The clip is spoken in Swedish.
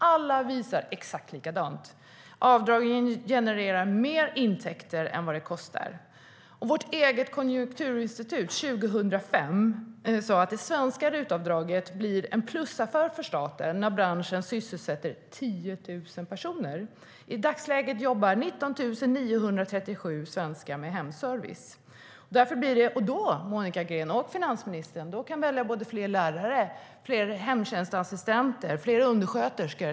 Alla visar exakt lika, nämligen att avdragen genererar mer intäkter än vad de kostar. Vårt eget konjunkturinstitut sade 2005 att det svenska RUT-avdraget blir en plusaffär för staten när branschen sysselsätter 10 000 personer. I dagsläget jobbar 19 937 svenskar med hemservice. De kan, Monica Green och finansministern, välja fler lärare, fler hemtjänstassistenter, fler undersköterskor.